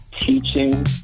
teaching